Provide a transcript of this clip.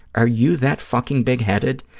are you that fucking big-headed,